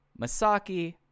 Masaki